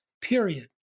Period